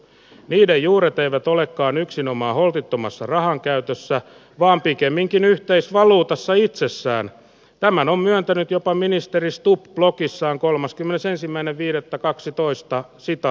viihdejuuret eivät olekaan yksinomaan holtittomassa rahankäytössä vaan pikemminkin yhteisvaluutassa itsessään tämän on myöntänyt jopa ministeri stubb plokissaan kolmaskymmenesensimmäinen viidettä kaksitoista sitä